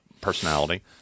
personality